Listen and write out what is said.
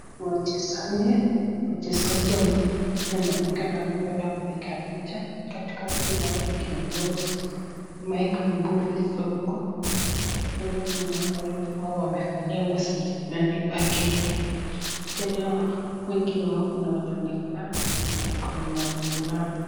Wachezaji, wachezaji wanaonekana walikuwa wanapiga picha, katikati yao ni kiongozi Mike Mbuvi Sonko, tena tuaona wengi wao wamevalia nguo zenye zimeandikwa Kenya, tena wengi wao kuna wenye wamekaa na kuna wenye wamesimama.